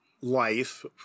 life